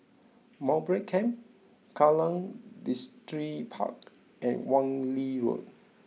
Mowbray Camp Kallang Distripark and Wan Lee Road